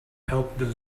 helped